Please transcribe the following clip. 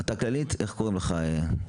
כי הרופאים הולכים לרפואה האחרת.